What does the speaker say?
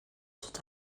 sont